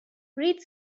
read